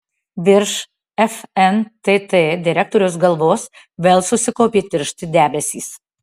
virš fntt direktoriaus galvos vėl susikaupė tiršti debesys